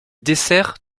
dessert